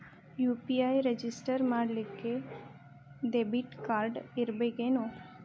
UPI register ಮಾಡ್ಲಿಕ್ಕೆ debit card ಇರ್ಬೇಕೇನು?